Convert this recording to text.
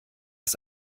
ist